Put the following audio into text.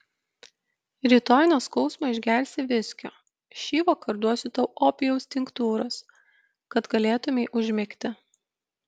rytoj nuo skausmo išgersi viskio šįvakar duosiu tau opijaus tinktūros kad galėtumei užmigti